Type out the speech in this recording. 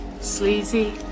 sleazy